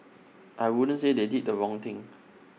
I wouldn't say they did the wrong thing